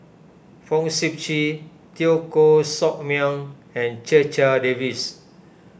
Fong Sip Chee Teo Koh Sock Miang and Checha Davies